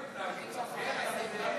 אדוני.